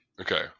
Okay